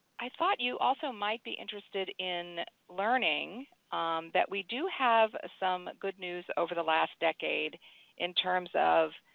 i thought you also might be interested in learning that we do have some good news over the last decade in terms of